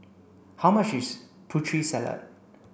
how much is Putri Salad